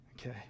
Okay